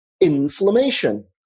Inflammation